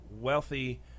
wealthy